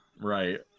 Right